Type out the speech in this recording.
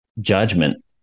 judgment